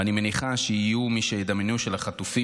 ואני מניחה שיהיו מי שידמיינו שלחטופים